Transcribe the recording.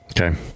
Okay